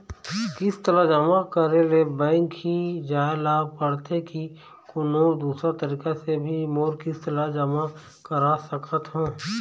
किस्त ला जमा करे ले बैंक ही जाए ला पड़ते कि कोन्हो दूसरा तरीका से भी मोर किस्त ला जमा करा सकत हो?